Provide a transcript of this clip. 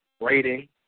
rating